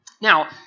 Now